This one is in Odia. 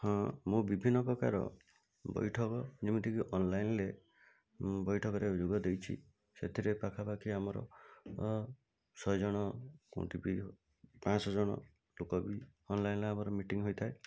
ହଁ ମୁଁ ବିଭିନ୍ନ ପ୍ରକାର ବୈଠକ ଯେମିତି କି ଅନଲାଇନ୍ରେ ବୈଠକ ଯୋଗ ଦେଇଛି ସେଥିରେ ପାଖାପାଖି ଆମର ଶହେ ଜଣ କେଉଁଠିକି ପାଞ୍ଚଶହ ଜଣ ଲୋକ ଅନଲାଇନ୍ରେ ଆମର ମିଟିଂ ହୋଇଥାଏ